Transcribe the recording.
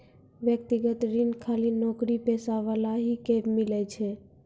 व्यक्तिगत ऋण खाली नौकरीपेशा वाला ही के मिलै छै?